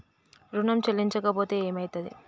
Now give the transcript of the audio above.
ఋణం చెల్లించకపోతే ఏమయితది?